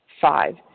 Five